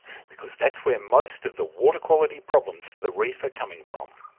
because that's where most of the water quality problems for the reef are coming from,